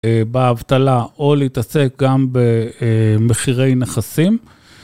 באבטלה או להתעסק גם במחירי נכסים.